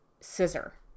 scissor